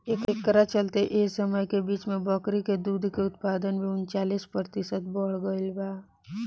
एकरा चलते एह समय के बीच में बकरी के दूध के उत्पादन भी उनचालीस प्रतिशत बड़ गईल रहे